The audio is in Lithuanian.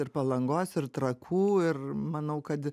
ir palangos ir trakų ir manau kad